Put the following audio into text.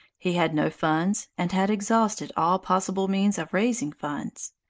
he had no funds, and had exhausted all possible means of raising funds.